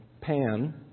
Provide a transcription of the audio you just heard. pan